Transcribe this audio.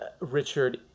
richard